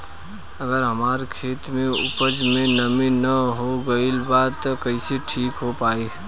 अगर हमार खेत में उपज में नमी न हो गइल बा त कइसे ठीक हो पाई?